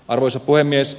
arvoisa puhemies